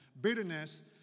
bitterness